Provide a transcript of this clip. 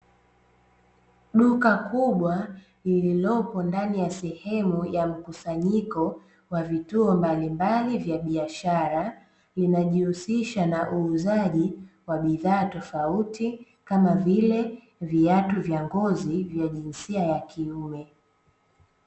Duka kubwa lililopo ndani ya sehemu ya mkusanyiko wa vituo mbalimbali vya biashara, linajihusisha na uuzaji wa bidhaa tofauti kama vile viatu vya ngozi vya jinsia ya kiume.